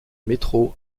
métro